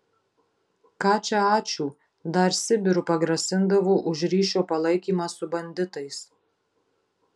ką čia ačiū dar sibiru pagrasindavo už ryšio palaikymą su banditais